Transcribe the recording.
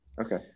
okay